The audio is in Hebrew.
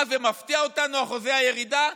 מה, זה מפתיע אותנו, אחוזי הירידה?